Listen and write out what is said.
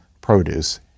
produce